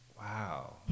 Wow